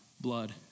blood